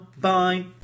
bye